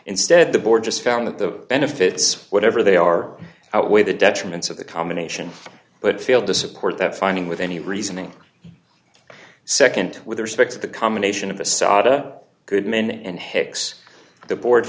instead the board just found that the benefits whatever they are outweigh the detriments of the combination but failed to support that finding with any reasoning nd with respect to the combination of the sata good men and hicks the board